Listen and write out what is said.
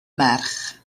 merch